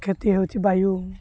କ୍ଷତି ହେଉଛି ବାୟୁ